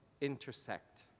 intersect